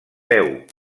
peu